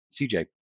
CJ